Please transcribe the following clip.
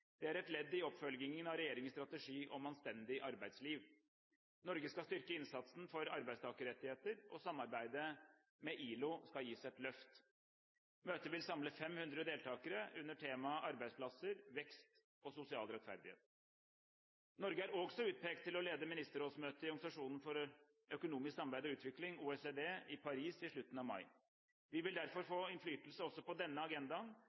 Det er et ledd i oppfølgingen av regjeringens strategi for et anstendig arbeidsliv. Norge skal styrke innsatsen for arbeidstakerrettigheter, og samarbeidet med ILO skal gis et løft. Møtet vil samle 500 deltakere under temaet «arbeidsplasser, vekst og sosial rettferdighet». Norge er også utpekt til å lede ministerrådsmøtet i Organisasjonen for økonomisk samarbeid og utvikling, OECD, i Paris i slutten av mai. Vi vil dermed få innflytelse også på denne agendaen,